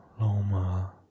Loma